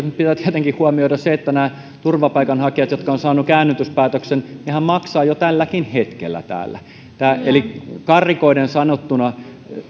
nyt pitää tietenkin huomioida se että nämä turvapaikanhakijathan jotka ovat saaneet käännytyspäätöksen maksavat jo tälläkin hetkellä täällä eli karrikoiden sanottuna